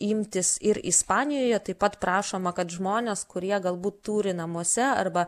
imtis ir ispanijoje taip pat prašoma kad žmonės kurie galbūt turi namuose arba